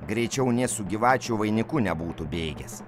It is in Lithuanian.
greičiau nė su gyvačių vainiku nebūtų bėgęs